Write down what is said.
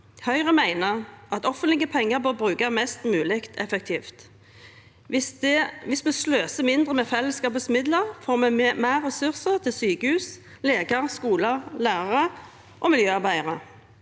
Høyre mener at offentlige penger bør brukes mest mulig effektivt. Hvis vi sløser mindre med fellesskapets midler, får vi mer ressurser til sykehus, leger, skoler, lærere og miljøarbeidere.